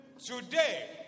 Today